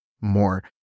more